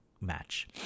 match